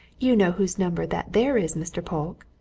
you know whose number that there is, mr. polke.